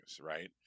right